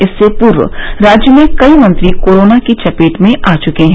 इससे पूर्व राज्य में कई मंत्री कोरोना की चपेट में आ चुके हैं